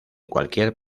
cualquier